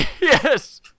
Yes